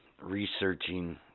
researching